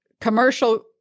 commercial